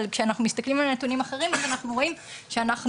אבל כשאנחנו מסתכלים על נתונים אחרים אנחנו רואים שאנחנו